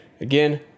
Again